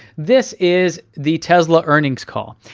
this is the tesla earnings call.